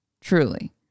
truly